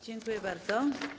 Dziękuję bardzo.